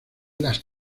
las